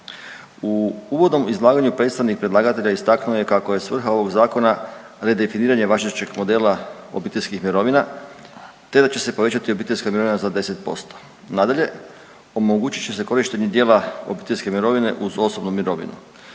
U uvodnom izlaganju predstavnik predlagatelja istaknuo je kako je svrha ovog zakona redefiniranje važećeg modela obiteljskih mirovina te da će se povećati obiteljska mirovina za 10%. Nadalje, omogućit će se korištenje dijela obiteljske mirovine uz osobnu mirovinu.